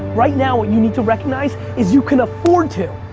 right now what you need to recognize is you can afford to.